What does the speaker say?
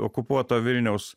okupuoto vilniaus